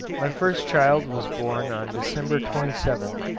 my first child was born on december twenty seventh,